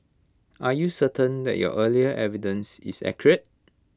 are you certain that your earlier evidence is accurate